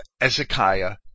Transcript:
Ezekiah